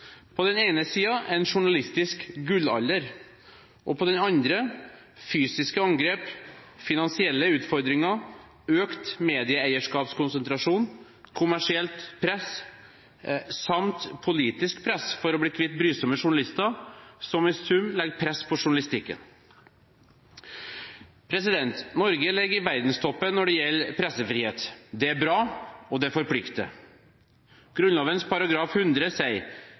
på den ene siden en journalistisk gullalder og på den andre siden fysiske angrep, finansielle utfordringer, økt medieeierskapskonsentrasjon, kommersielt press samt politisk press for å bli kvitt brysomme journalister, som i sum legger press på journalistikken. Norge ligger i verdenstoppen når det gjelder pressefrihet. Det er bra, og det forplikter. Grunnloven § 100 sier: